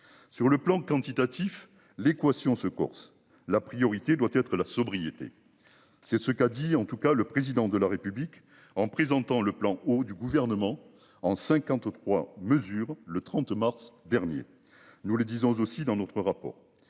sur le plan quantitatif, l'équation se Corse. La priorité doit être la sobriété. C'est ce qu'a dit en tout cas le président de la République en présentant le plan eau du gouvernement en 53, mesure le 30 mars dernier. Nous, les 10 ans aussi dans notre rapport.